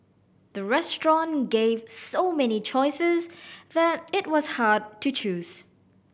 the restaurant gave so many choices that it was hard to choose